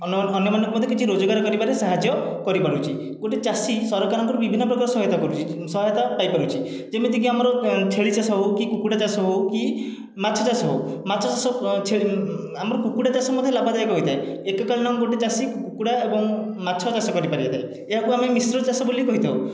ଅନ୍ୟମାନଙ୍କୁ ମଧ୍ୟ କିଛି ରୋଜଗାର କରିବାରେ ସାହାଯ୍ୟ କରିପାରୁଛି ଗୋଟିଏ ଚାଷୀ ସରକାରଙ୍କ ଠାରୁ ବିଭିନ୍ନ ପ୍ରକାର ସହାୟତା କରୁଛି ସହାୟତା ପାଇପାରୁଛି ଯେମିତିକି ଆମର ଛେଳି ଚାଷ ହେଉ କି କୁକୁଡ଼ା ଚାଷ ହେଉ କି ମାଛ ଚାଷ ହେଉ ମାଛ ଚାଷ ଛେଳି ଆମର କୁକୁଡ଼ା ଚାଷ ମଧ୍ୟ ଲାଭଦାୟକ ହୋଇଥାଏ ଏକକାଳୀନ ଗୋଟିଏ ଚାଷୀ କୁକୁଡ଼ା ଏବଂ ମାଛ ଚାଷ କରିପାରିଥାଏ ଏହାକୁ ଆମେ ମିଶ୍ର ଚାଷ ବୋଲି କହିଥାଉ